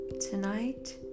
Tonight